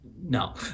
No